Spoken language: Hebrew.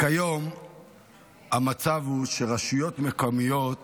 כיום המצב הוא שרשויות מקומיות